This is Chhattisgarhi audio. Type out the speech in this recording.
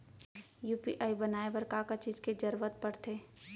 यू.पी.आई बनाए बर का का चीज के जरवत पड़थे?